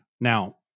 Now